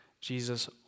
Jesus